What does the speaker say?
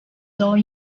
don